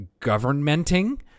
governmenting